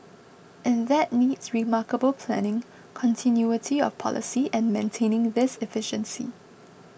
and that needs remarkable planning continuity of policy and maintaining this efficiency